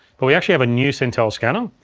but we actually have a new cintel scanner.